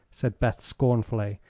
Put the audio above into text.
said beth, scornfully,